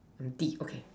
rabbit okay